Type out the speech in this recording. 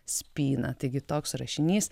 spyną taigi toks rašinys